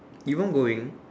Yvonne going